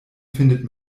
findet